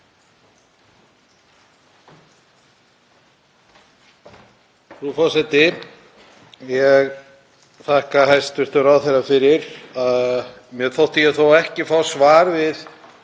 Frú forseti. Ég þakka hæstv. ráðherra fyrir. Mér þótti ég þó ekki fá svar við